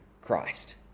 Christ